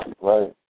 right